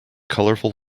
colorful